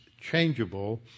changeable